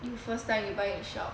you first time you buy in shop